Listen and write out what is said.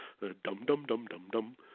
dum-dum-dum-dum-dum